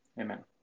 amen